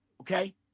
okay